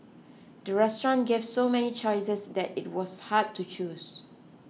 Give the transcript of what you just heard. the restaurant gave so many choices that it was hard to choose